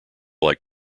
like